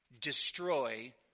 destroy